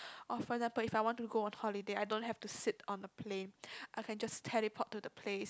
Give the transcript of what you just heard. or for example if I want to go on holiday I don't have to sit on the plane I can just teleport to the place